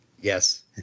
Yes